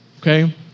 okay